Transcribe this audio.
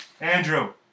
Andrew